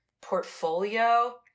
portfolio